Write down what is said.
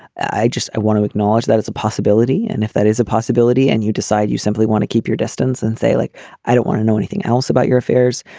i just i want to acknowledge that it's a possibility and if that is a possibility and you decide you simply want to keep your distance and say look like i don't want to know anything else about your affairs.